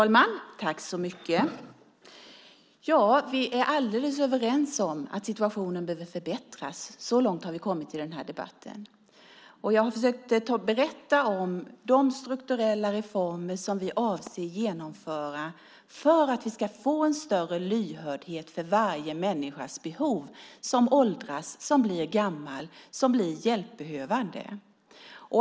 Herr talman! Ja, vi är helt överens om att situationen behöver förbättras. Så långt har vi kommit i den här debatten. Jag har försökt berätta om de strukturella reformer som vi avser att genomföra för att vi ska få en större lyhördhet för behovet hos varje människa som åldras, som blir gammal, som blir hjälpbehövande.